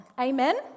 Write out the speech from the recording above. Amen